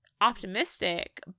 optimistic